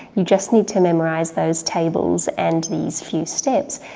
you just need to memorise those tables and these few steps,